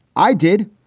i did.